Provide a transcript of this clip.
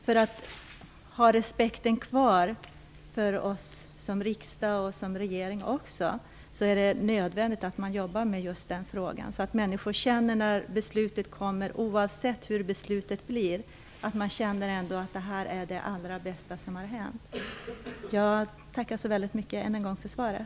För att respekten för riksdagen och regeringen skall finnas kvar är det nödvändigt att man jobbar med just den frågan, så att människor när beslutet kommer - oavsett vilket det blir - känner att det är det allra bästa. Jag tackar än en gång så väldigt mycket för svaret.